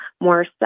more